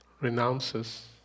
renounces